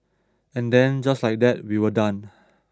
and then just like that we were done